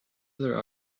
other